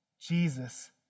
Jesus